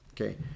Okay